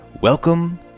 welcome